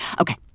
Okay